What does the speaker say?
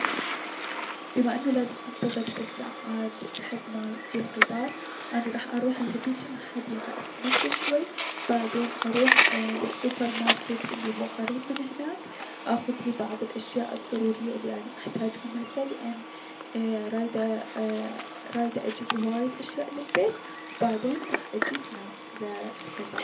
بما انه لازم انتضر ثلاث ساعات لحد ما يجي القطار، اني راح لهذيج الحديقة اتمشى ضوي، بعدين اروح للسوبرماركيت الي هو قريب من هناك اخذلي بعض الأشياء الضرورية الي اني احتاجهم هسة لأن ايي- رايدة اي- اجيب هواية اشياء للبيت، و بعدين راح اجي هنا للقطار.